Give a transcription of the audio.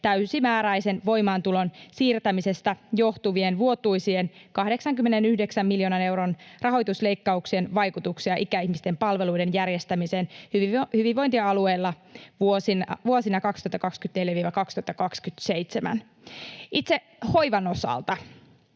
täysimääräisen voimaantulon siirtämisestä johtuvien vuotuisien 89 miljoonan euron rahoitusleikkauksien vaikutuksia ikäihmisten palveluiden järjestämiseen hyvinvointialueilla vuosina 2024—2027.” Itse hoivan osalta